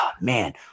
man